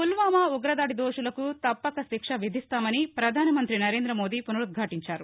పుల్వామా ఉగ్రదాడి దోషులకు తప్పక శిక్ష విధిస్తామని పధాసమంతి నరేంద్రమోదీ పునరుద్ఘాటించారు